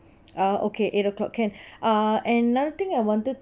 uh okay eight o'clock can uh and another thing I wanted